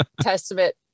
testament